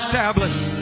Established